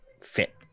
fit